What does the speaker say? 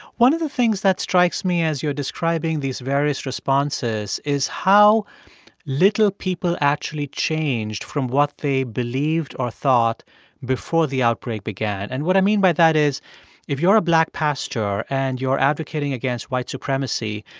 one of the things that strikes me as you're describing these various responses is how little people actually changed from what they believed or thought before the outbreak began. and what i mean by that is if you're a black pastor and you're advocating against white supremacy,